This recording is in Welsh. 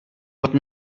bod